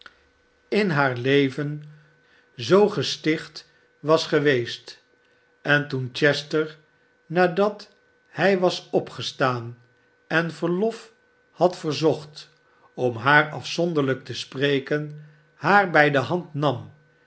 in haar barnaby rudge leven zoo gesticht was geweest en toen chester nadat hij was opgestaan en verlof had verzocht om haar afzonderlijk te spreken haar bij de hand nam